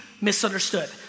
misunderstood